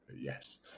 yes